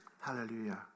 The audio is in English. Hallelujah